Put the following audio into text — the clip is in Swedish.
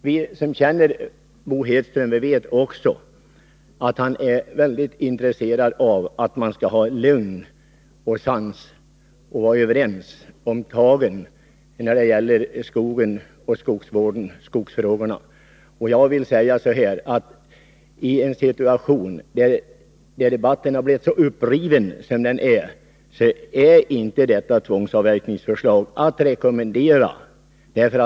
Vi som känner Bo Hedström vet också att han är mycket intresserad av lugn och sans och anser att man skall vara överens om tagen när det gäller skogen och skogsfrågorna. Jag vill ändå säga att förslaget om tvångsavverkning inte är att rekommendera i den situation som nu råder — med en mycket uppriven debatt.